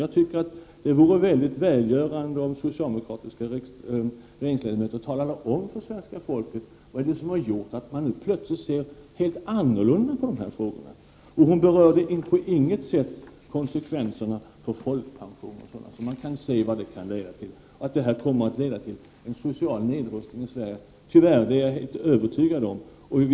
Jag tycker att det vore väldigt välgörande om socialdemokratiska regeringsledamöter talade om för svenska folket vad det — Prot. 1989/90:32 är som gjort att man nu plötsligt ser annorlunda på de här frågorna. 24 november 1989 Anita Gradin berörde på inget sätt konsekvenserna för folkpension och = sådant. Att EG-integrationen kommer att leda till social nedrustning i Sverige är jag alldeles övertygad om, tyvärr.